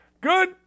good